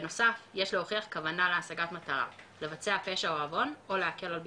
בנוסף יש להוכיח כוונה להשגת מטרה לבצע פשע או עוון או להקל על ביצועם.